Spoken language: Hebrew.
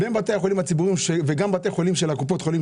בין בתי החולים הציבוריים וגם אלה של קופות החולים,